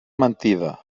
mentida